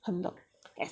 很冷